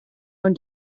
own